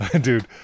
dude